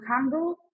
handle